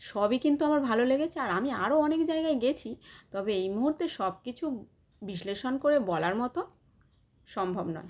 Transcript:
সবই কিন্তু আমার ভালো লেগেছে আর আমি আরো অনেক জায়গায় গিয়েছি তবে এই মুহূর্তে সব কিছু বিশ্লেষণ করে বলার মতো সম্ভব নয়